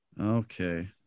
Okay